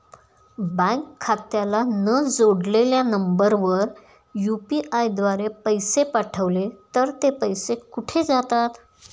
Bank खात्याला न जोडलेल्या नंबरवर यु.पी.आय द्वारे पैसे पाठवले तर ते पैसे कुठे जातात?